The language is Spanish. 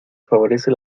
favorece